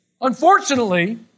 unfortunately